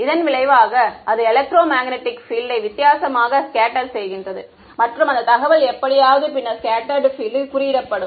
இதன் விளைவாக அது எலெக்ட்ரோ மேக்னெட்டிக் பீல்டை வித்தியாசமாக ஸ்கெட்ட்டர் செய்கின்றது மற்றும் அந்த தகவல் எப்படியாவது பின்னர் ஸ்கெட்ட்டர்டு பீல்ட் ல் குறியிடப்படும்